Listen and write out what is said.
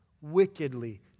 wickedly